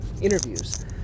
interviews